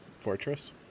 fortress